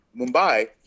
Mumbai